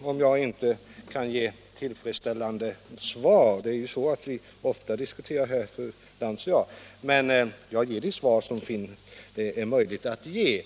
Om jag sedan inte kan ge tillfredsställande svar — fru Lantz och jag diskuterar ju ofta här — så ger jag ändå de svar som det är möjligt att ge.